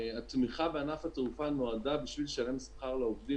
התמיכה בענף התעופה נועדה לשלם שכר לעובדים